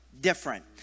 different